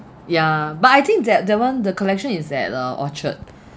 ya but I think that the one the collection is at uh orchard